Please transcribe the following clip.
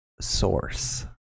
source